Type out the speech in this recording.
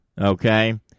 Okay